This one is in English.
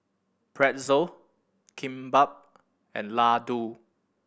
Pretzel Kimbap and Ladoo